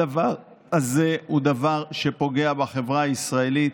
הדבר הזה הוא דבר שפוגע בחברה הישראלית,